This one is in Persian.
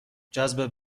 جذب